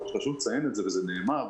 חשוב לציין את זה וזה נאמר,